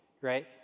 right